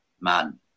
Man